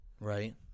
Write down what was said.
Right